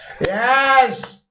Yes